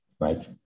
Right